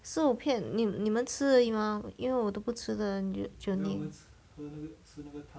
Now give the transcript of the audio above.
四五片你你们吃而已 mah 因为我都不吃的只有你